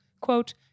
quote